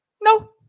No